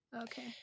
Okay